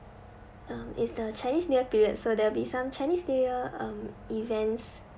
um it's the chinese new year period so there'll be some chinese new year um events